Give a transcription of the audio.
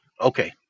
Okay